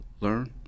learn